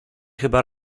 chyba